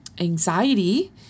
Anxiety